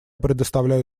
предоставляю